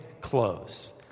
close